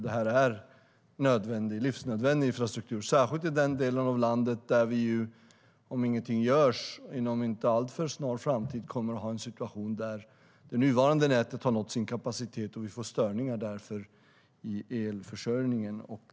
Det här är livsnödvändig infrastruktur, särskilt i den delen av landet där vi, om ingenting görs inom en inte alltför snar framtid, kommer att ha en situation där det nuvarande nätet har nått sin kapacitet och vi därför får störningar i elförsörjningen.